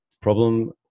Problem